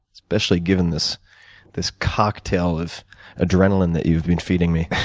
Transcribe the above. especially given this this cocktail of adrenaline that you've been feeding me.